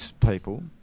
people